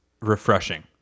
refreshing